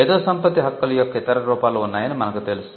మేధో సంపత్తి హక్కుల యొక్క ఇతర రూపాలు ఉన్నాయని మనకు తెలుసు